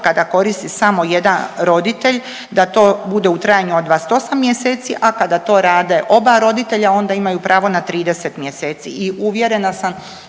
kada koristi samo jedan roditelj, da to bude u trajanju od 28 mjeseci, a kada to rade oba roditelja, onda imaju pravo na 30 mjeseci i uvjerena sam